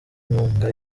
nkunga